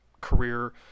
career